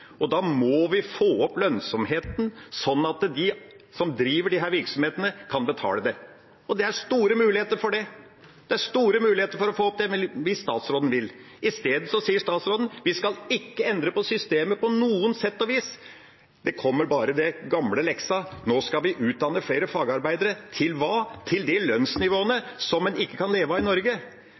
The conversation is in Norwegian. og da må vi få opp lønnsomheten, sånn at de som driver disse virksomhetene, kan betale det. Og det er store muligheter for det. Det er store muligheter for å få det opp hvis statsråden vil. I stedet sier statsråden: Vi skal ikke endre systemet på noe sett og vis. Bare den gamle leksa kommer: Nå skal vi utdanne flere fagarbeidere. Til hva? Til det lønnsnivået som en ikke kan leve av i Norge?